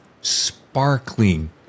sparkling